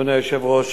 אדוני היושב-ראש,